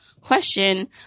question